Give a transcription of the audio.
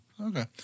Okay